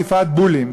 כמו אסיפת בולים,